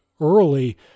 early